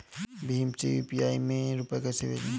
भीम से यू.पी.आई में रूपए कैसे भेजें?